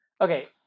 Okay